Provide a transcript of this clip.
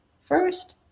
first